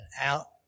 Out